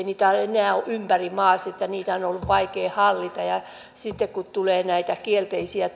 niitä enää ole ympäri maan niin että niitä on ollut vaikea hallita sitten kun tulee näitä kielteisiä